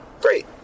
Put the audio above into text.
great